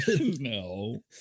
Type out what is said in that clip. No